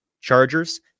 Chargers